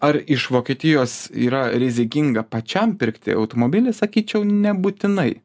ar iš vokietijos yra rizikinga pačiam pirkti automobilį sakyčiau nebūtinai